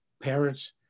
parents